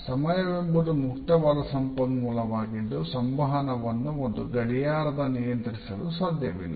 ಸಮಯವೆಂಬುದು ಮುಕ್ತವಾದ ಸಂಪನ್ಮೂಲವಾಗಿದ್ದು ಸಂವಹನವನ್ನು ಒಂದು ಗಡಿಯಾರದಿಂದ ನಿಯಂತ್ರಿಸಲು ಸಾಧ್ಯವಿಲ್ಲ